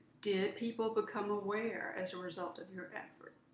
did people become aware as a result of your effort?